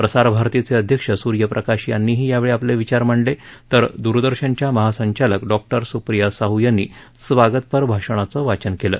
प्रसारभारतीचे अध्यक्ष स्र्यप्रकाश यांनीही यावेळी आपले विचार मांडले तर द्रदर्शनच्या महासंचालक डॉक्टर स्प्रिया साह यांनी स्वागतपर भाषणाचं वाचन केलं